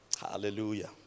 Hallelujah